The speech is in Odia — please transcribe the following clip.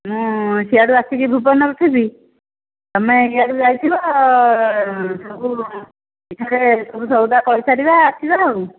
ମୁଁ ସିଆଡ଼ୁ ଆସିକି ଭୁବନରେ ଥିବି ତମେ ଇଆଡ଼ୁ ଯାଇଥିବ ସବୁ ଚିଠାରେ ସବୁ ସଉଦା କରିସାରିବା ଆସିବା ଆଉ